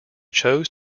chose